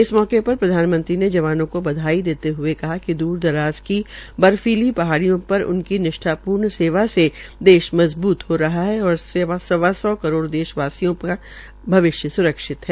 इस मौके पर प्रधानमंत्री ने जवानों को बधाई देते हए कहा कि दूर दराज की बर्फीली पहाडियों पर उनकों निष्ठापूर्ण सेवा से देश मजबूत हो रहा है और सवा सौ करोड़ देशवायिों का भविष्य स्रक्षित है